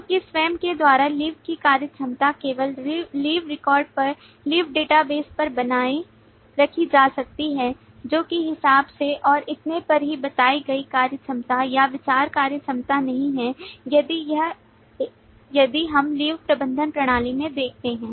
क्योंकि स्वयं के द्वारा लीव की कार्यक्षमता केवल लीव रिकॉर्ड पर लीव डेटाबेस पर बनाए रखी जा रही है जो कि हिसाब से और इतने पर ही बताई गई कार्यक्षमता या विचार कार्यक्षमता नहीं है यदि हम लीव प्रबंधन प्रणाली में देखते हैं